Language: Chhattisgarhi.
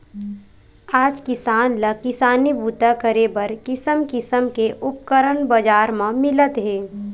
आज किसान ल किसानी बूता करे बर किसम किसम के उपकरन बजार म मिलत हे